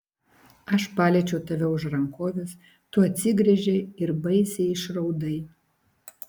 aš paliečiau tave už rankovės tu atsigręžei ir baisiai išraudai